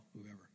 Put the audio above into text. whoever